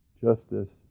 justice